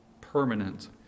permanent